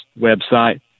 website